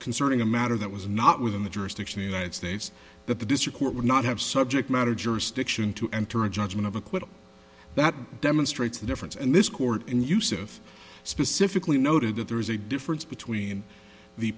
concerning a matter that was not within the jurisdiction united states that the district court would not have subject matter jurisdiction to enter a judgment of acquittal that demonstrates the difference and this court and use of specifically noted that there is a difference between the